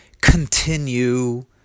continue